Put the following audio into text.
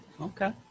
Okay